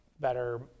better